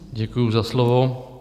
Děkuji za slovo.